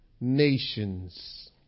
nations